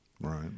Right